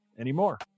anymore